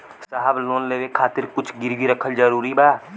साहब लोन लेवे खातिर कुछ गिरवी रखल जरूरी बा?